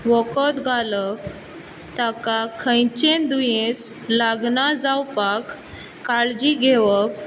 वखद घालप ताका खंयचें दुयेंस लागना जावपाक काळजी घेवप